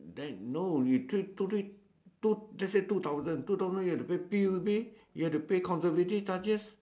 then no you three two three two let's say two thousand two thousand you have to pay P_U_B you have to pay conservative charges